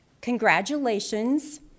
Congratulations